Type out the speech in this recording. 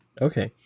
Okay